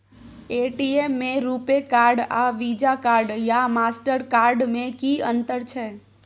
ATM में RuPay card आर Visa card या मास्टर कार्ड में कि अतंर छै?